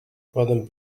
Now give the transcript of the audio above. poden